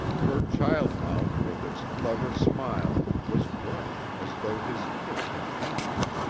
her child-mouth with its clever smile was bright as though his kiss had painted it.